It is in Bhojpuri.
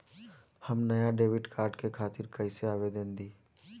हम नया डेबिट कार्ड के खातिर कइसे आवेदन दीं?